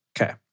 Okay